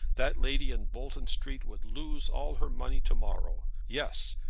that lady in bolton street would lose all her money to-morrow. yes.